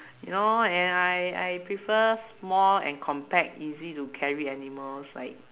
you know and I I prefer small and compact easy to carry animals like